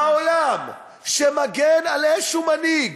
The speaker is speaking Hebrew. בעולם, שמגן על מנהיג